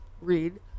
read